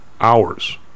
hours